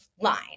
line